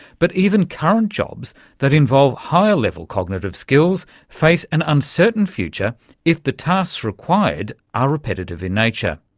but even current jobs that involve higher-level cognitive skills face an uncertain future if the tasks required are repetitive in nature.